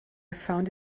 found